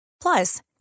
Plus